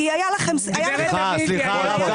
כי היה לכם --- אל תדברי עליי.